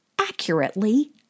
accurately